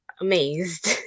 amazed